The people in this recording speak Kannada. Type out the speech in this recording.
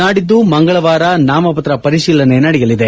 ನಾಡಿದ್ದು ಮಂಗಳವಾರ ನಾಮಪತ್ರ ಪರಿಶೀಲನೆ ನಡೆಯಲಿದೆ